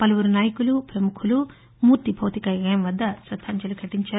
పలువురు నాయకులు పముఖులు మూర్తి భౌతికకాయం వద్ద శద్దాంజలి ఘటించారు